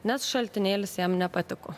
nes šaltinėlis jam nepatiko